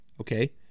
Okay